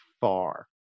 Far